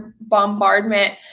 bombardment